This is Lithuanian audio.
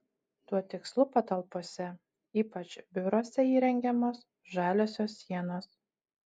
tuo tikslu patalpose ypač biuruose įrengiamos žaliosios sienos